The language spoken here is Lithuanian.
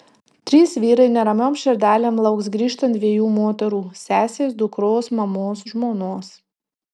trys vyrai neramiom širdelėm lauks grįžtant dviejų moterų sesės dukros mamos žmonos